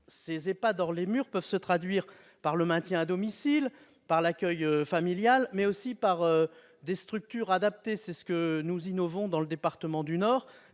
Ces EHPAD hors les murs peuvent se traduire par le maintien à domicile, par l'accueil familial, mais aussi par des structures adaptées. C'est l'innovation que nous lançons dans le département du Nord,